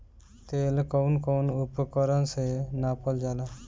तेल कउन कउन उपकरण से नापल जाला?